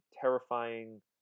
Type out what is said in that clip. terrifying